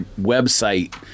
website